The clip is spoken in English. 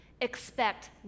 expect